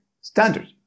standard